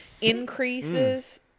Increases